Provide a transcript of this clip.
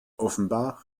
offenbar